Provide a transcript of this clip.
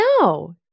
no